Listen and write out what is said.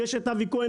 יש את אבי כהן